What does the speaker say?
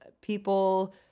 people